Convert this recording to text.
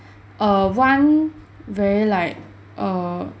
err one very like err